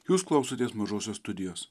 jūs klausotės mažosios studijos